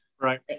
right